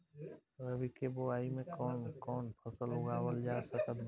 रबी के बोआई मे कौन कौन फसल उगावल जा सकत बा?